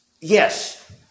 Yes